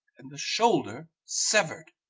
and the shoulder severed